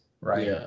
right